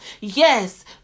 Yes